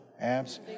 abs